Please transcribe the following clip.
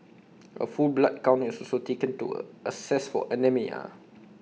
A full blood count is also taken to A assess for anaemia